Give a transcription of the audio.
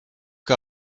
que